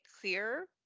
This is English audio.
clear